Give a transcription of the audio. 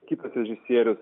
kitas režisierius